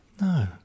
No